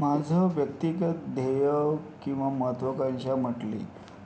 माझं व्यक्तिगत ध्येय किंवा महत्वाकांक्षा म्हटली